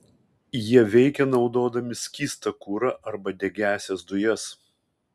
jie veikia naudodami skystą kurą arba degiąsias dujas